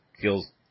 feels